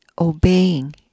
obeying